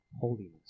holiness